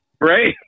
Right